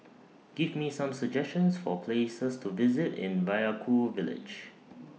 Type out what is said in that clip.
Give Me Some suggestions For Places to visit in Vaiaku Village